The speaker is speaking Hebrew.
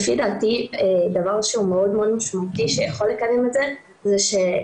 לפי דעתי דבר מאוד משמעותי שיכול לקדם את זה שלאנשים